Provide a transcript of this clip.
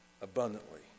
abundantly